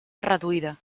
reduïda